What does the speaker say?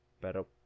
pero